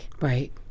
Right